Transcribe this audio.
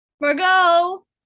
Margot